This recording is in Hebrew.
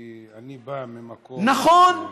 כי אני בא ממקום, נכון.